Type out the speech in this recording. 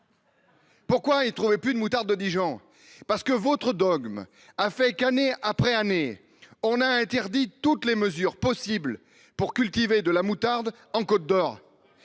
Pourquoi y trouver plus de moutarde de Dijon parce que votre dogme a fait qu'année après année, on a interdit toutes les mesures possibles pour cultiver de la moutarde en Côte d'Or.